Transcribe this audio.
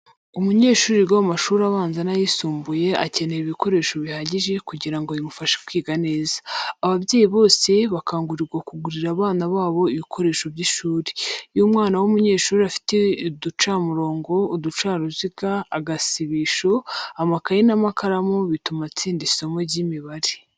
Umunyeshuri wiga mu mashuri abanza n'ayisumbuye akenera ibikoresho bihagije kugira ngo bimufashe kwiga neza. Ababyeyi bose bakangurirwa kugurira abana babo ibikoresdo by'ishuri. Iyo umwana w'umunyeshuri afite uducamurongo, uducaruziga, agasibisho, amakayi n'amakaramu bituma atsinda isomo ry'imibare.